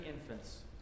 infants